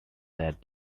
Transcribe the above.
that